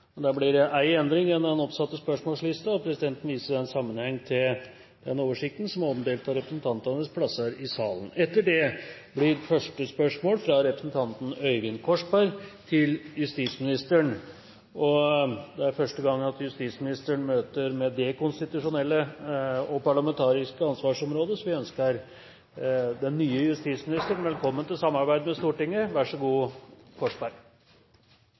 og presidenten viser i den sammenhengen til den oversikten som er omdelt på representantenes plasser i salen. Den foreslåtte endringen i dagens spørretime foreslås godkjent. – Det anses vedtatt. Endringen var som følger: Spørsmål 6, fra representanten Per Roar Bredvold til landbruksministeren, må utsettes til neste spørretime, da statsråden er bortreist. Det første spørsmålet er fra representanten Øyvind Korsberg til justisministeren. Det er første gang justisministeren møter med det konstitusjonelle og parlamentariske ansvarsområdet, så vi ønsker den